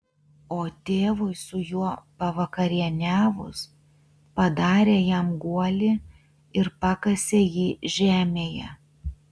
o tėvui su juo pavakarieniavus padarė jam guolį ir pakasė jį žemėje